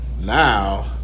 now